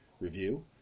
review